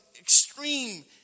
extreme